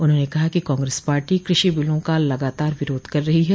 उन्होंने कहा कि कांग्रेस पार्टी कृषि बिलों का लगातार विरोध कर रहो है